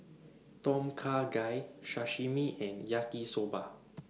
Tom Kha Gai Sashimi and Yaki Soba